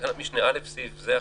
בתקנת משנה (א) בסעיף זה,